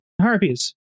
harpies